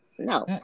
no